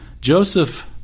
Joseph